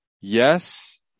yes